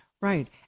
Right